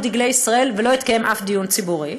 דגלי ישראל ולא התקיים אף דיון ציבורי?